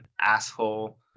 asshole